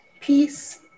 peace